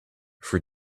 for